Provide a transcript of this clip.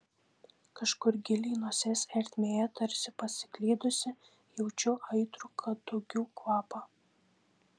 kažkur giliai nosies ertmėje tarsi pasiklydusį jaučiu aitrų kadugių kvapą